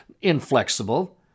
inflexible